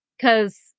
Cause